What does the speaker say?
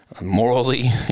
morally